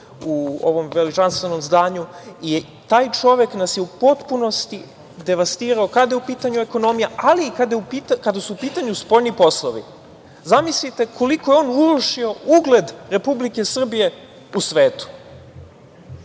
u ovom veličanstvenom zdanju i taj čovek nas je u potpunosti devastirao, kada je u pitanju ekonomija, ali i kada su u pitanju spoljni poslovi. Zamislite koliko je on urušio ugled Republike Srbije u svetu. Umesto